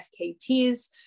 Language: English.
FKTs